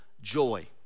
joy